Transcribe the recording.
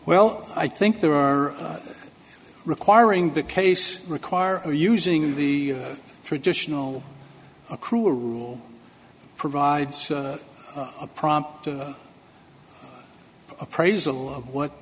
well i think there are requiring the case require or using the traditional accrual rule provides a prompt appraisal of what